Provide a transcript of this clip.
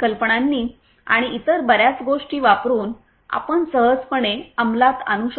कल्पनांनी आणि इतर बर्याच गोष्टी वापरुन आपण सहजपणे अंमलात आणू शकता